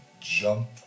jump